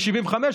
ב-1975,